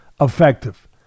effective